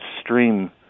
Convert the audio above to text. stream